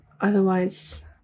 Otherwise